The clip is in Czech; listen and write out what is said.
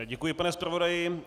Děkuji, pane zpravodaji.